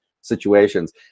situations